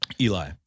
Eli